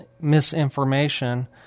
misinformation